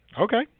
Okay